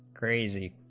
crazy